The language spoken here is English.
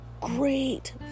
great